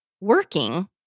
working